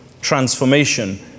transformation